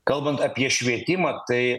kalbant apie švietimą tai